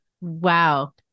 Wow